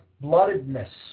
bloodedness